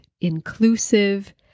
inclusive